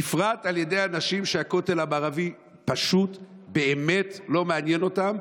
בפרט על ידי אנשים שהכותל המערבי פשוט באמת לא מעניין אותם,